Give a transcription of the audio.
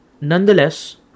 Nonetheless